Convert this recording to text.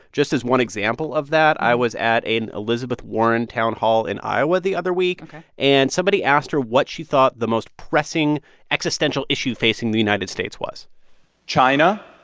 just as one example of that, i was at an elizabeth warren town hall in iowa the other week ok and somebody asked her what she thought the most pressing existential issue facing the united states was china,